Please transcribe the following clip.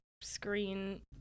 screen